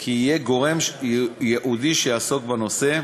כי יהיה גורם ייעודי שיעסוק בנושא,